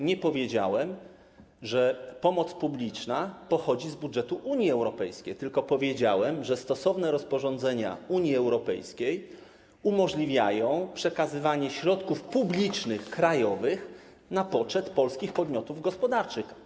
Nie powiedziałem, że pomoc publiczna pochodzi z budżetu Unii Europejskiej, tylko powiedziałem, że stosowne rozporządzenia Unii Europejskiej umożliwiają przekazywanie środków publicznych krajowych na poczet polskich podmiotów gospodarczych.